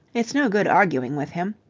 it's no good arguing with him.